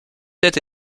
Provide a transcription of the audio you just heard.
être